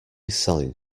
selling